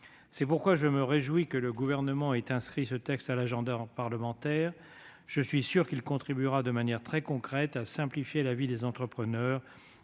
C'est pourquoi je me réjouis que le Gouvernement ait inscrit ce texte à l'agenda parlementaire. Je suis sûr qu'il contribuera, de manière très concrète, à simplifier la vie des entrepreneurs